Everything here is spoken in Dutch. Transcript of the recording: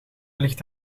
ligt